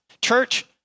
Church